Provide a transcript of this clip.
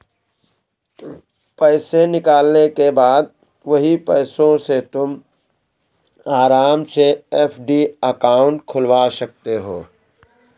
पैसे निकालने के बाद वही पैसों से तुम आराम से एफ.डी अकाउंट खुलवा सकते हो